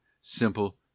simple